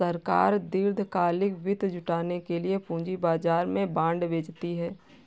सरकार दीर्घकालिक वित्त जुटाने के लिए पूंजी बाजार में बॉन्ड बेचती है